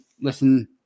listen